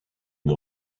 une